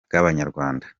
bw’abanyarwanda